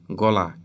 gola